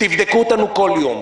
תבדקו אותנו כל יום.